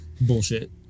bullshit